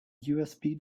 usb